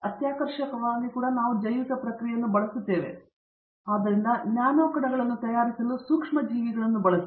ಅತ್ಯಾಕರ್ಷಕವಾಗಿ ಕೂಡ ನಾವು ಜೈವಿಕ ಪ್ರಕ್ರಿಯೆಯನ್ನು ಬಳಸುತ್ತೇವೆ ಆದ್ದರಿಂದ ನ್ಯಾನೊ ಕಣಗಳನ್ನು ತಯಾರಿಸಲು ಸೂಕ್ಷ್ಮಜೀವಿಗಳನ್ನು ಬಳಸಿ